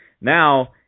Now